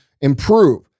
improve